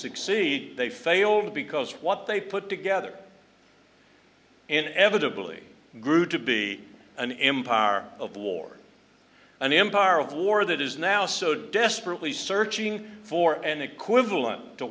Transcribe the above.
succeed they failed because what they put together an evitable e grew to be an empire of war an empire of war that is now so desperately searching for an equivalent to